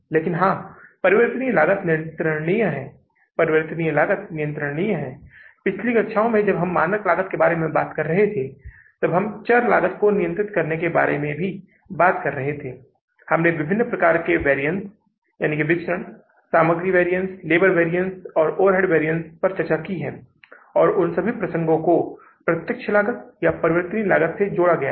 तो इसका मतलब है कि अब इस नकदी को किसी अन्य स्रोत से जुटाना होगा क्योंकि यह आंतरिक रूप से संगठन में उपलब्ध नहीं होगा हमें इसे कुछ अन्य स्रोतों बाहरी स्रोतों से जुटाना होगा और जहां से इसे व्यवस्थित किया जाएगा हम सभी समझ सकते हैं कि यह वित्तपोषण व्यवस्था से जुटाया जाएगा